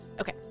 Okay